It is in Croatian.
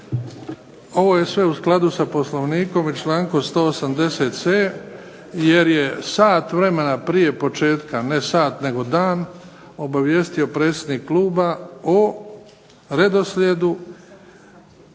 Ovo je sve u skladu sa Poslovnikom i člankom 180.c jer je sat vremena prije početka, ne sat, nego dan, obavijestio predsjednik kluba o redoslijedu